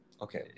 okay